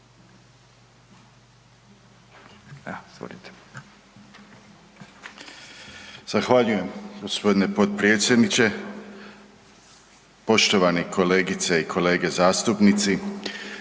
Zahvaljujem gospodine potpredsjedniče. Poštovani kolegice i kolege zastupnici,